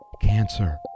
cancer